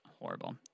horrible